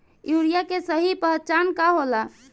Urea के सही पहचान का होला?